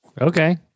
Okay